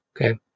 Okay